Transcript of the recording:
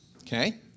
Okay